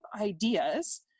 ideas